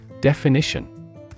Definition